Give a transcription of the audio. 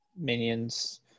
Minions